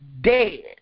dead